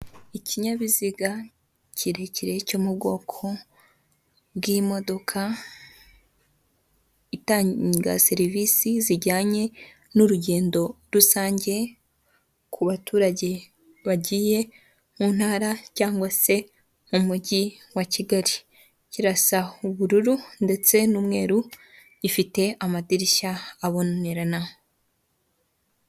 Ikinyabiziga kirekire cyo mu bwoko bw'imodoka, itanga serivisi zijyanye n'urugendo rusange ku baturage bagiye mu ntara cyangwa se mu mujyi wa Kigali, irasa ubururu ndetse n'umweru, gifite amadirishya abonerana.